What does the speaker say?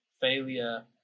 failure